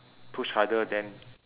push harder then